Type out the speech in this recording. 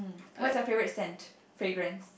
what's your favourite scent fragrance